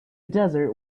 desert